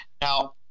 now